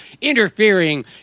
interfering